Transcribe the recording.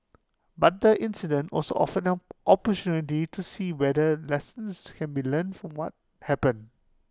but the incident also offered an opportunity to see whether lessons can be learned from what happened